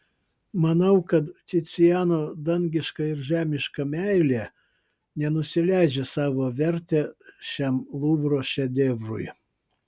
manau kad ticiano dangiška ir žemiška meilė nenusileidžia savo verte šiam luvro šedevrui